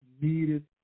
needed